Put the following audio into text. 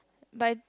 but